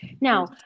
Now